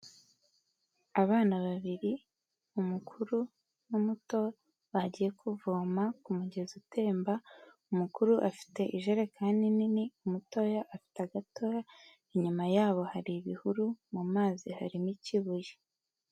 Abana babiri umukuru n'umuto, bagiye kuvoma ku mugezi utemba, umukuru afite ijerekani nini, umutoya afite agatoya, inyuma yabo hari ibihuru, mu mazi harimo ikibuye.